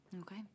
Okay